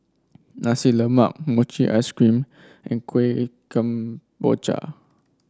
Nasi Lemak Mochi Ice Cream and Kueh Kemboja